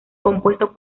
compuestos